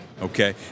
Okay